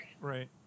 Right